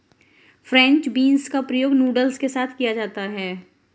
French beans का प्रयोग noodles के साथ किया जाता है